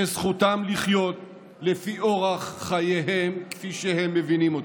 שזכותם לחיות לפי אורח חייהם כפי שהם מבינים אותו.